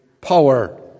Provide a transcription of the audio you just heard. power